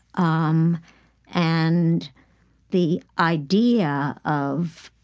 um and the idea of